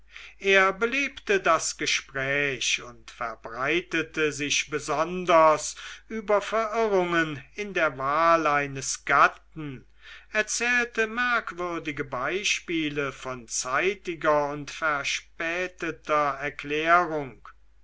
er belebte das gespräch und verbreitete sich besonders über verirrungen in der wahl eines gatten erzählte merkwürdige beispiele von zeitiger und verspäteter erklärung